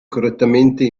correttamente